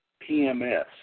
PMS